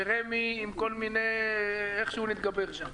ורמ"י איכשהו נתגבר שם,